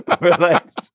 Relax